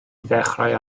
ddechrau